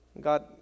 God